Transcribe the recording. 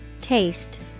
Taste